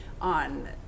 on